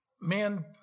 man